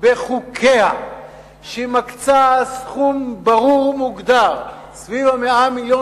בחוקיה שהיא מקצה סכום ברור ומוגדר סביב 100 מיליון